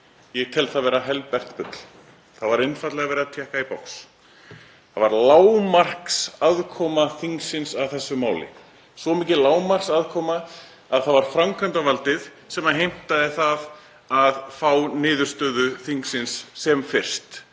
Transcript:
Ég tel það vera helbert bull. Það var einfaldlega verið að tékka í box. Það var lágmarksaðkoma þingsins að þessu máli, svo mikil lágmarksaðkoma að framkvæmdarvaldið heimtaði að fá niðurstöðu þingsins sem fyrst.